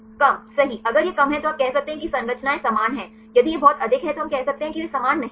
कम सही अगर यह कम है तो आप कह सकते हैं कि संरचनाएं समान हैं यदि यह बहुत अधिक है तो हम कहते हैं कि वे समान नहीं हैं